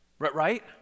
Right